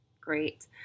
Great